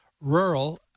rural